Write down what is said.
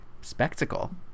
spectacle